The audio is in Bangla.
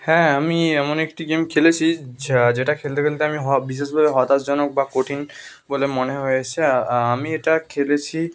হ্যাঁ আমি এমন একটি গেম খেলেছি যা যেটা খেলতে খেলতে আমি বিশেষভাবে হতাশাজনক বা কঠিন বলে মনে হয়েছে আমি এটা খেলেছি